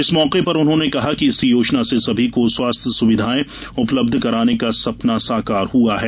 इस मौके पर उन्होंने कहा कि इस योजना से सभी को स्वास्थ्य सुविधाएं उपलब्ध कराने का सपना साकार हुआ है